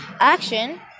action